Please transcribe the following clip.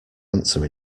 answer